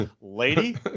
Lady